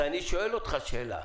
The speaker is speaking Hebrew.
אז אני שואל אותך שאלה,